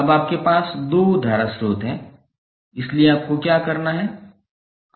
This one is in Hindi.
अब आपके पास दो धारा स्रोत हैं इसलिए आपको क्या करना है